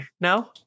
No